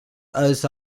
als